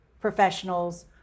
professionals